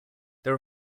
there